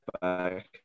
back